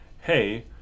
hey